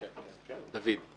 דוד.